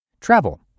Travel